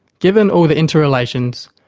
given all the interrelations,